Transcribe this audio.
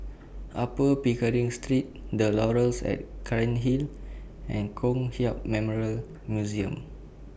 Upper Pickering Street The Laurels At Cairnhill and Kong Hiap Memorial Museum